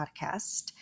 podcast